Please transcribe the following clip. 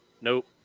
Nope